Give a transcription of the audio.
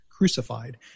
crucified